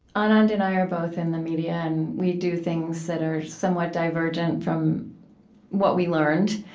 anand and i are both in the media, and we do things that are somewhat divergent from what we learned,